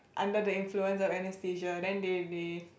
under the influence of anaesthesia then they they